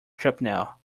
shrapnel